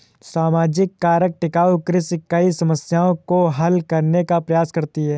सामाजिक कारक टिकाऊ कृषि कई समस्याओं को हल करने का प्रयास करती है